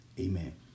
amen